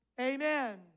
amen